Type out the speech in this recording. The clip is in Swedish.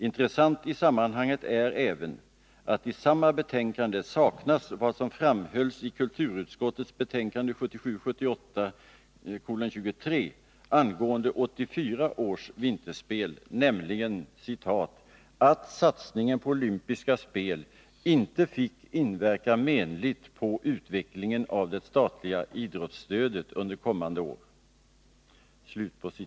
Intressant i sammanhanget är även att i samma betänkande saknas vad som framhölls i kulturutskottets betänkande 1977/78:23 angående 1984 års vinterspel, nämligen ”att satsningen på olympiska spel inte fick inverka menligt på utvecklingen av det statliga idrottsstödet under kommande år”.